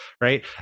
Right